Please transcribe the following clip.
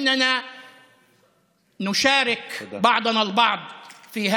אבל אנחנו שותפים לשאיפות האלה